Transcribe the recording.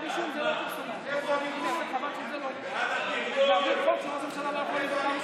פרקליט המדינה כשופטים בבית המשפט העליון),